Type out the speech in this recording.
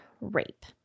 rape